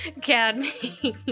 Cadme